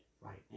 right